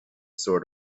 sort